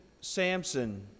Samson